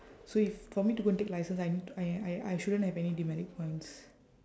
so if for me to go and take license I need to I I I shouldn't have any demerit points